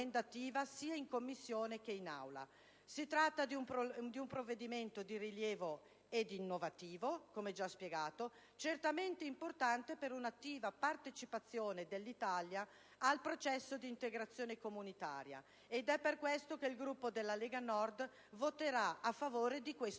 sia in Commissione che in Aula. Si tratta di un provvedimento di rilievo ed innovativo, come già spiegato, certamente importante per un'attiva partecipazione dell'Italia al processo di integrazione comunitaria ed è per questo che il Gruppo della Lega Nord voterà a favore di questo